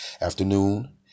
afternoon